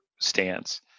stance